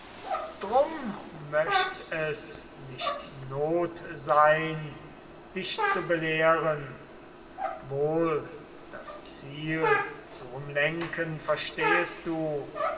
drum möcht es nicht not sein dich zu belehren wohl das ziel zu umlenken verstehest du